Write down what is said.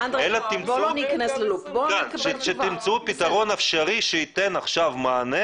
אלא תמצאו פתרון אפשרי שייתן עכשיו מענה